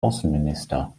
außenminister